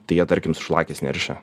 tai jie tarkim su šlakiais neršia